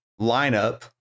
lineup